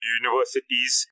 universities